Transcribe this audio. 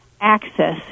access